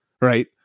Right